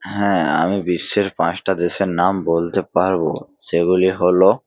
হ্যাঁ আমি বিশ্বের পাঁচটা দেশের নাম বলতে পারবো সেগুলি হলো